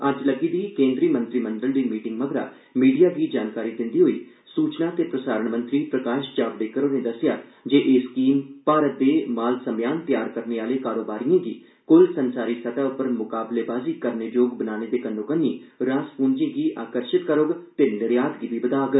अज्ज लग्गी दी केन्द्री मंत्रिमंडल दी मीटिंग मगरा मीडिया गी जानकारी दिंदे होई सूचना ते प्रसारण मंत्री प्रकाश जावडेकर होरें दस्सेआ जे एह् स्कीम भारत दे माल समेयान तैयार करने आह्ले कारोबारिएं गी कुल संसारी सतह उप्पर मुकाबलेबाजी करने जोग बनाने दे कन्नो कन्नी रास पूंजी गी आकर्षित करोग ते निर्यात गी बी बधाग